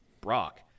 Brock